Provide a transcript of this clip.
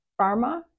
pharma